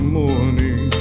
morning